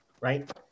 right